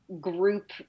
group